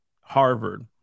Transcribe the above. harvard